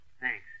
Thanks